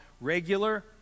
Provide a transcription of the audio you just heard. regular